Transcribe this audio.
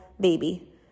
baby